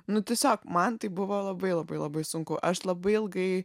nu tiesiog man tai buvo labai labai labai sunku aš labai ilgai